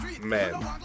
Man